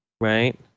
right